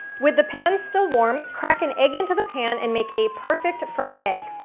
with the pan still warm, crack an egg into the pan and make a perfect fried egg.